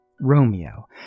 Romeo